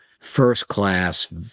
first-class